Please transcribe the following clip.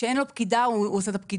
כשאין לו פקידה הוא עושה את הפקידות.